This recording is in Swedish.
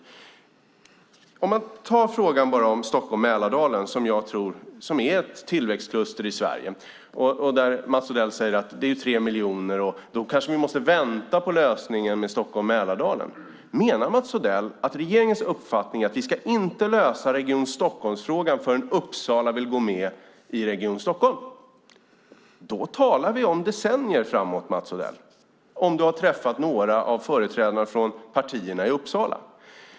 Låt oss se på frågan Stockholm-Mälardalen. Det är ett tillväxtkluster i Sverige. Mats Odell säger att det är fråga om tre miljoner invånare och då kanske vi måste vänta på lösningen Stockholm-Mälardalen. Menar Mats Odell att regeringens uppfattning är att vi inte ska lösa Region Stockholm-frågan förrän Uppsala vill gå med i Region Stockholm? Då talar vi om decennier framåt, Mats Odell, om du har träffat någon av företrädarna för partierna i Uppsala.